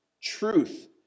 truth